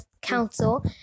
Council